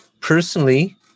Personally